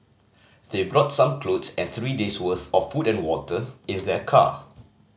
they brought some clothes and three days'worth of food and water in their car